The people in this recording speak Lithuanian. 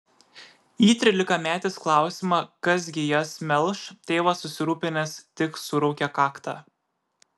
į trylikametės klausimą kas gi jas melš tėvas susirūpinęs tik suraukia kaktą